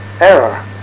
error